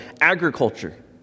Agriculture